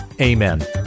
amen